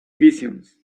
visions